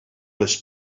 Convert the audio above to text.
les